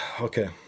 okay